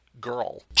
girl